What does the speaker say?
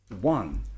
one